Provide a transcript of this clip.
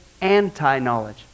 anti-knowledge